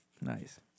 Nice